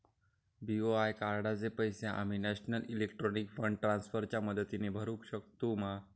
BOI कार्डाचे पैसे आम्ही नेशनल इलेक्ट्रॉनिक फंड ट्रान्स्फर च्या मदतीने भरुक शकतू मा?